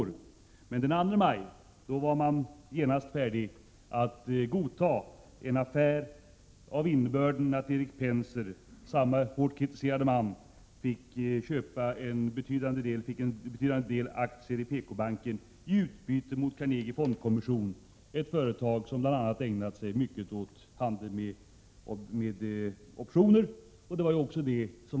Men den 2 maj, då var man genast färdig att godta en affär av innebörden att Erik Penser, samme man som hårt kritiserats, fick en betydande del aktier i PKbanken i utbyte mot Carnegie Fondkommission, ett företag som bl.a. ägnat sig mycket åt handel med optioner.